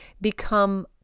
become